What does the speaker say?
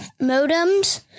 modems